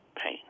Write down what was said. pain